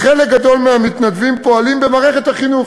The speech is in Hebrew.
חלק גדול מהמתנדבים פועלים במערכת החינוך.